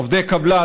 עובדי קבלן,